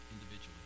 individually